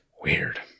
Weird